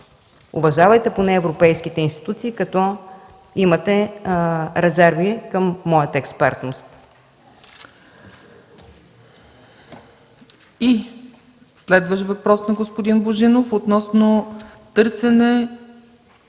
Уважавайте поне европейските институции, като имате резерви към моята експертност.